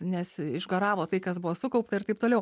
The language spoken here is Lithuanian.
nes išgaravo tai kas buvo sukaupta ir taip toliau